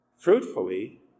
fruitfully